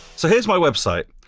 so here's my website.